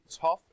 tough